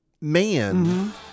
man